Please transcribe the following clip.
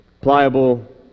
Pliable